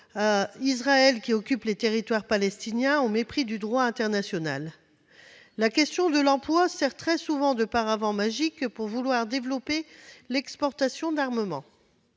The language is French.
Israël, qui occupe les territoires palestiniens au mépris du droit international. L'emploi sert très souvent de paravent magique à la volonté de développer l'exportation d'armements.